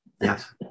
Yes